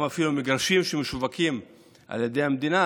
אפילו מגרשים שמשווקים על ידי המדינה